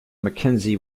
mackenzie